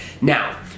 Now